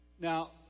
Now